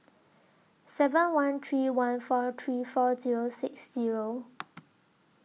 seven one three one four three four Zero six Zero